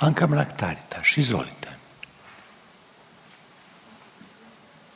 Anka Mrak Taritaš. Izvolite.